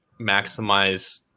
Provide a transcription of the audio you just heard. maximize